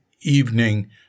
evening